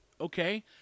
Okay